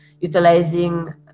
utilizing